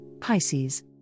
Pisces